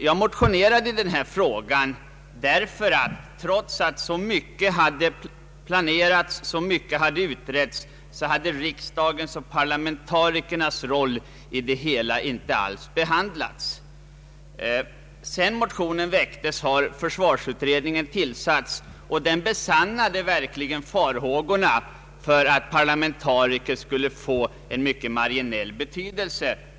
Jag motionerade i denna fråga därför att riksdagens och parlamentarikernas roll i det hela inte alls har behandlats, trots att så mycket har planerats och utretts. Sedan motionen väcktes har försvarsutredningen tillsatts, och den har verkligen besannat farhågorna för att parlamentarikerna skulle få en mycket marginell betydelse.